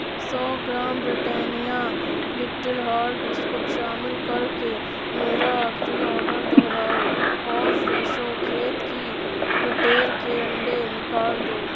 سو gram Britannia little heart biscuit شامل کر کے میرا آخری آڈر دہراؤ اور فریشو کھیت کی بٹیر کے انڈے نکال دو